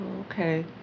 Okay